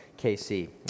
KC